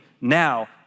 now